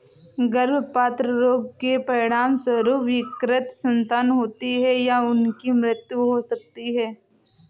गर्भपात रोग के परिणामस्वरूप विकृत संतान होती है या उनकी मृत्यु हो सकती है